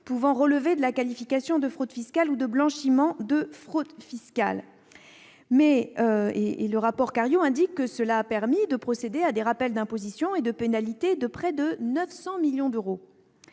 pouvant relever de la qualification de fraude fiscale ou de blanchiment de fraude fiscale. Selon le rapport Cariou, ce dispositif a permis de procéder à des rappels d'impositions et de pénalités à hauteur de près de 900 millions d'euros.